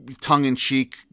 tongue-in-cheek